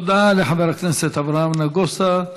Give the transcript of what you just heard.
תודה לחבר הכנסת אברהם נגוסה.